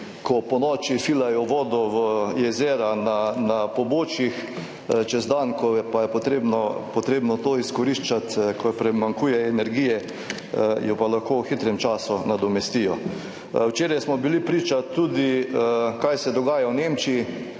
ko ponoči filajo vodo v jezera na pobočjih, čez dan, ko pa je treba to izkoriščati, ko primanjkuje energije, jo pa lahko v hitrem času nadomestijo. Včeraj smo bili priča tudi temu, kaj se dogaja v Nemčiji,